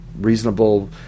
reasonable